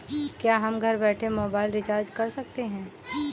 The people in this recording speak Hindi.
क्या हम घर बैठे मोबाइल रिचार्ज कर सकते हैं?